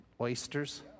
oysters